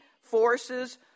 forces